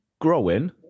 growing